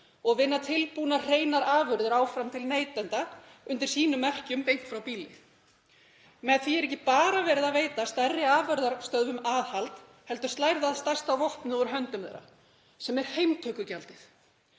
og vinna tilbúnar hreinar afurðir áfram til neytenda undir sínum merkjum Beint frá býli. Með því er ekki bara verið að veita stærri afurðarstöðvum aðhald heldur slær það stærsta vopnið úr höndum þeirra sem er heimtökugjaldið.